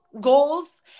Goals